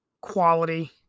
quality